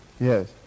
Yes